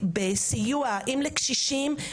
אם זה בסיוע לקשישים,